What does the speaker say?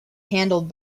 handled